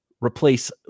replace